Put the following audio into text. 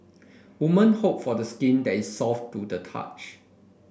women hope for the skin that is soft to the touch